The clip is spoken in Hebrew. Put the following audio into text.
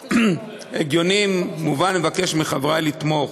הגיוני, ומובן שאני מבקש מחברי לתמוך.